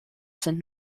sind